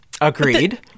Agreed